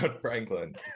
franklin